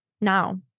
now